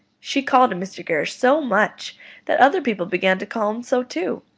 she called him mr. gerrish so much that other people began to call him so too.